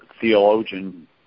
theologian